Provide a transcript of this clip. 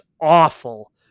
awful